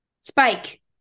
Spike